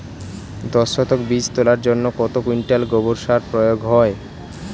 দশ শতক বীজ তলার জন্য কত কুইন্টাল গোবর সার প্রয়োগ হয়?